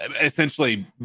essentially